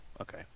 okay